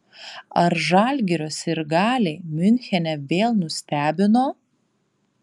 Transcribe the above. ar žalgirio sirgaliai miunchene vėl nustebino